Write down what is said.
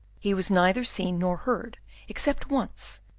he was neither seen nor heard except once,